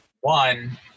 One